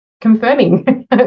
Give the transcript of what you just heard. confirming